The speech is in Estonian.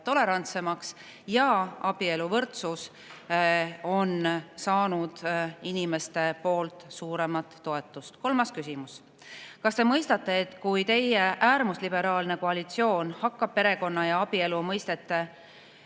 tolerantsemaks ja abieluvõrdsus on saanud inimestelt suurema toetuse. Kolmas küsimus: "Kas te mõistate, et kui teie äärmusliberaalne koalitsioon hakkab "perekonna" ja "abielu" mõistetele